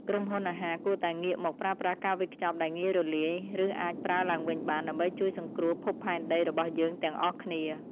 ក្រុមហ៊ុនអាហារគួរតែងាកមកប្រើប្រាស់ការវេចខ្ចប់ដែលងាយរលាយ ឬអាចប្រើឡើងវិញបាន ដើម្បីជួយសង្គ្រោះភពផែនដីរបស់យើងទាំងអស់គ្នា។